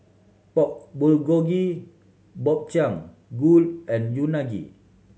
Pork Bulgogi Gobchang Gui and Unagi